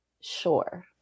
Sure